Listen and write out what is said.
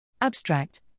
Abstract